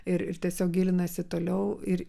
ir ir tiesiog gilinasi toliau ir